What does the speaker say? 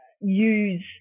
use